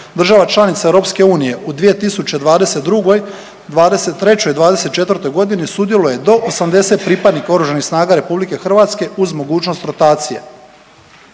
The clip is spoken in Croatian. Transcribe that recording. država članica EU u 2022., 2023., 2024. godini sudjeluje do 80 pripadnika Oružanih snaga RH uz mogućnost rotacije.